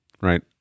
right